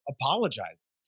apologize